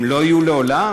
הם לא יהיו לעולם?